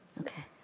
okay